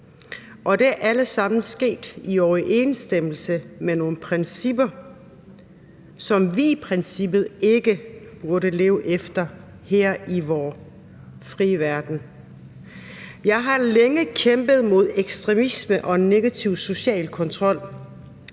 Og det er alt sammen sket i overensstemmelse med nogle principper, som vi i princippet ikke burde leve efter her i vor frie verden. Jeg har længe kæmpet mod ekstremisme og negativ social kontrol,